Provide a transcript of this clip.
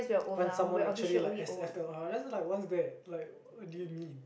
when someone actually like S_F_L_R that's like what's that like what do you mean